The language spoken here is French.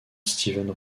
steven